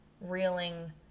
reeling